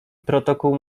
protokół